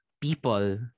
people